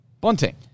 bunting